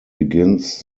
begins